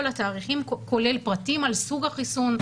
כל התאריכים כולל פרטים על סוג החיסון,